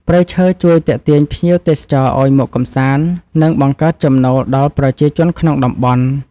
ព្រៃឈើជួយទាក់ទាញភ្ញៀវទេសចរឱ្យមកកម្សាន្ត និងបង្កើតចំណូលដល់ប្រជាជនក្នុងតំបន់។